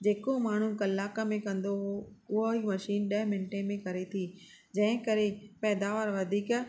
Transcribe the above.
जेको माण्हू कलाक में कंदो हो उहा ई मशीन ॾह मिंटे में करे थी जंहिं करे पैदावार वधीक